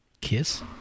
Kiss